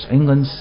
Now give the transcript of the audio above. England